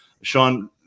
Sean